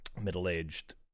middle-aged